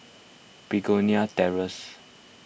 Begonia Terrace